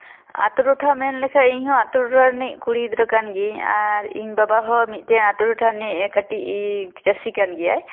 ᱟᱛᱳ ᱴᱚᱴᱷᱟ ᱢᱮᱱ ᱞᱮᱠᱷᱟᱡ ᱤᱧ ᱦᱚᱸ ᱟᱛᱳ ᱴᱚᱛᱷᱟ ᱨᱤᱱᱤᱡ ᱠᱩᱲᱤ ᱜᱤᱫᱽᱨᱟᱹ ᱠᱟᱱ ᱜᱤᱭᱟᱹᱧ ᱟᱨ ᱤᱧ ᱵᱟᱵᱟ ᱦᱚᱸ ᱢᱤᱫᱴᱮᱱ ᱟᱛᱳ ᱴᱚᱴᱷᱟ ᱨᱤᱱᱤᱡ ᱠᱟᱹᱴᱤᱡ ᱪᱟᱹᱥᱤ ᱠᱟᱱ ᱜᱮᱭᱟᱭ